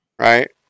right